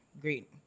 great